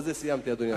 בזה סיימתי, אדוני השר.